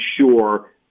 sure